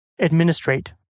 Administrate